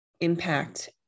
impact